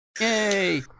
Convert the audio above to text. yay